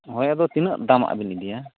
ᱦᱳᱭ ᱟᱫᱚ ᱛᱤᱱᱟᱹᱜ ᱫᱟᱢᱟᱜ ᱵᱤᱱ ᱤᱫᱤᱭᱟ